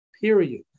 period